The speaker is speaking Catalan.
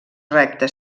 recta